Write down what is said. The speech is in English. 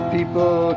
People